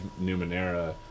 Numenera